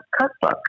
cookbook